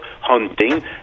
hunting